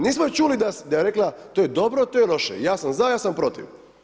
Nismo je čuli da je rekla to je dobro, to je loše, ja sam za, ja sam protiv.